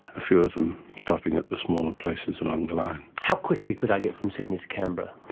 a few of them stopping at the smaller places along the line. how quickly could i get from sydney to canberra?